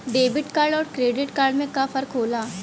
Debit card अउर credit card में का फर्क होला?